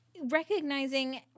recognizing